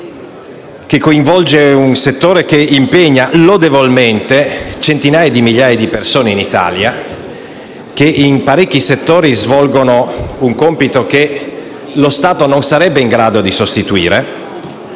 che coinvolge un settore che impegna lodevolmente centinaia di migliaia di persone in Italia che svolgono un compito che lo Stato non sarebbe in grado di sostituire,